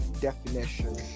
definition